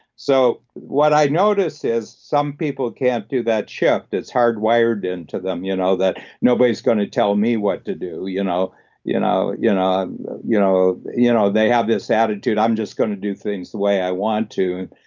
so what i notice is some people can't do that shift. it's hardwired into them, you know that nobody's going to tell me what to do. you know you know yeah you know you know they have this attitude, i'm just going to do things the way i want to,